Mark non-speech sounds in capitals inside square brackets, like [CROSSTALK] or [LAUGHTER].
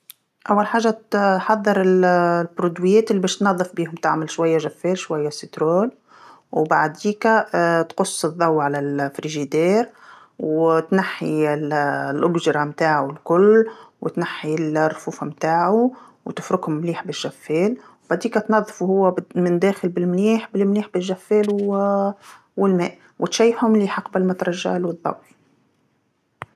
أول حاجه ت- حضر ال- المنتوجات اللي باش تنظف بيهم تعمل شويه ماء جافيل شويه ليمون، وبعديكا [HESITATION] تقص الضو على ال-الثلاجه وتنحي ال- اللوغجرام تاعو الكل وتنحي ال- الرفوف متاعو وتفركهم مليح بماء الجافيل وبعديكا تنظفو هو من الداخل بالمليح بالمليح بماء الجافيل و- والماء وتشيحو مليحه قبل ما ترجعلو الضو.